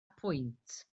pwynt